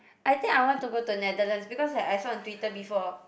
I think I want to go to the Netherlands because I I saw on Twitter before